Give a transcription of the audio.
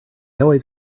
always